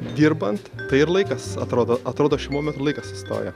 dirbant tai ir laikas atrodo atrodo šiuo momentu laikas sustoja